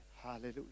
Hallelujah